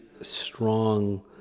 strong